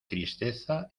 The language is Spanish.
tristeza